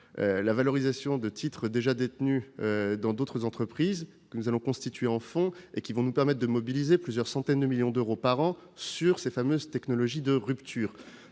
la valorisation de titres déjà détenus dans d'autres entreprises. Cette somme, constituée en fonds, nous permettra de mobiliser plusieurs centaines de millions d'euros par an sur les fameuses technologies de rupture,